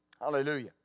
Hallelujah